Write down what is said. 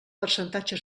percentatge